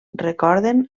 recorden